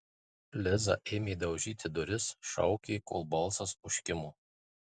liza ėmė daužyti duris šaukė kol balsas užkimo